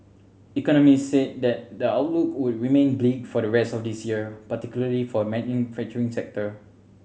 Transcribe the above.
economists said the outlook would remain bleak for the rest of this year particularly for the manufacturing sector